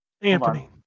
Anthony